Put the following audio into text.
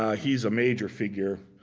um he's a major figure.